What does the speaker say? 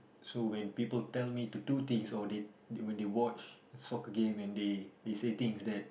so when people tell me to do things or they when they watch soccer game and they they say things that